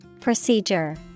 Procedure